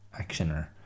actioner